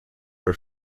for